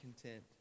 content